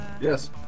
Yes